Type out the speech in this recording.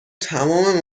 تمام